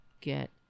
get